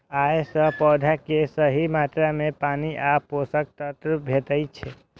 अय सं पौधा कें सही मात्रा मे पानि आ पोषक तत्व भेटै छै